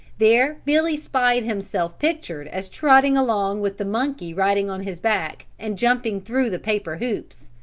there billy spied himself pictured as trotting along with the monkey riding on his back and jumping through the paper hoops.